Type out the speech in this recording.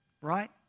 right